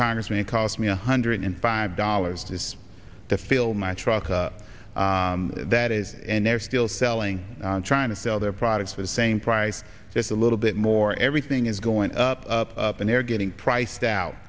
congressman it cost me a hundred and five dollars just to fill my truck that is and they're still selling trying to sell their products for the same price just a little bit more everything is going up up up and they're getting priced out